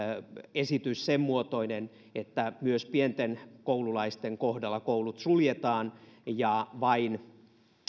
esitys oli sen muotoinen että myös pienten koululaisten kohdalla koulut suljetaan ja vain